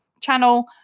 channel